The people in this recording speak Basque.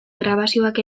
grabazioak